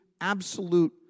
absolute